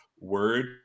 word